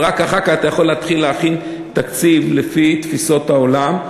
ורק אחר כך אתה יכול להתחיל להכין תקציב לפי תפיסות העולם.